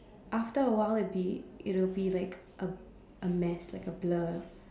after a while it'll be it will be like a a mess like a blur